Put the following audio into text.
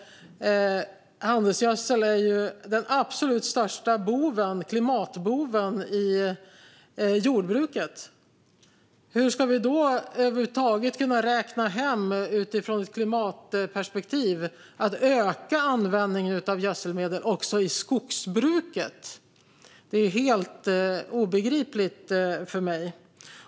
Handelsgödsel är ju den absolut största klimatboven i jordbruket. Hur ska vi då över huvud taget, utifrån ett klimatperspektiv, kunna räkna hem att öka användningen av gödselmedel också i skogsbruket? Det är helt obegripligt för mig.